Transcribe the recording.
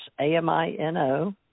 AMINO